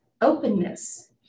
openness